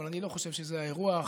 אבל אני לא חושב שזה האירוע.